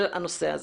של הנושא הזה,